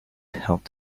helped